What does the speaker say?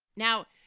now,